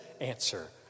answer